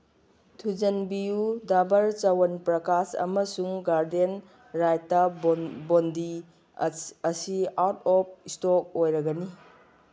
ꯊꯨꯖꯤꯟꯕꯤꯌꯨ ꯗꯕꯔ ꯆꯋꯟ ꯄ꯭ꯔꯀꯥꯁ ꯑꯃꯁꯨꯡ ꯒꯥꯔꯗꯦꯟ ꯔꯥꯏꯇ ꯕꯣꯟꯗꯤ ꯑꯁꯤ ꯑꯥꯎꯠ ꯑꯣꯐ ꯏꯁꯇꯣꯛ ꯑꯣꯏꯔꯒꯅꯤ